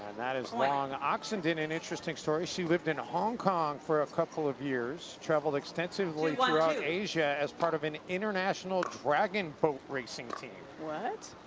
that is long. oxenden, an interesting story. she lived in hong kong for a couple of years. traveled extensively throughout asia as part of an international dragon boat racing team. what?